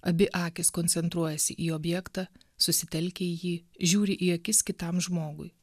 abi akys koncentruojasi į objektą susitelkia į jį žiūri į akis kitam žmogui